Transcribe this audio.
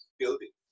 building